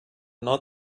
not